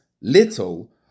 little